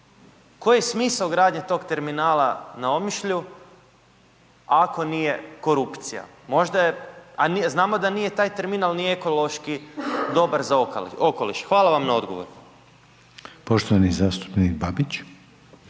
koji je smisao gradnje tog terminala na Omišlju ako nije korupcija, možda je, a znamo da nije taj terminal ni ekološki dobar za okoliš. Hvala vam na odgovoru. **Reiner,